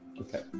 Okay